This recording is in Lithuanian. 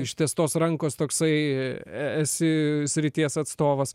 ištiestos rankos toksai esi srities atstovas